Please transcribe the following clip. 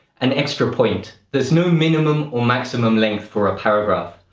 an extra point there's no minimum or maximum length for a paragraph.